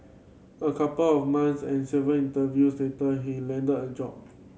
a couple of months and several interviews later he landed a job